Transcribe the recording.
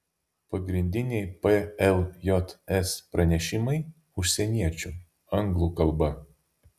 pagrindiniai pljs pranešimai užsieniečių anglų kalba